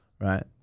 right